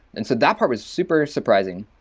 and so that part was super surprising.